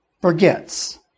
forgets